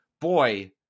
boy